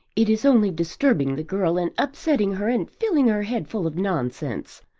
it is only disturbing the girl, and upsetting her, and filling her head full of nonsense.